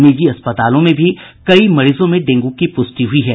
निजी अस्पतालों में भी कई मरीजों में डेंग् की प्रष्टि हुई है